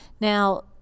Now